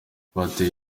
bateye